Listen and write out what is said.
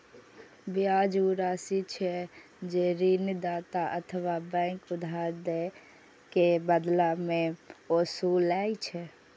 ब्याज ऊ राशि छियै, जे ऋणदाता अथवा बैंक उधार दए के बदला मे ओसूलै छै